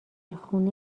خونه